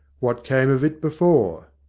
what came of it before?